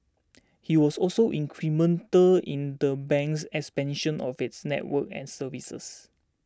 he was also incremental in the bank's expansion of its network and services